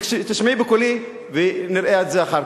מאה אחוז.